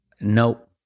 nope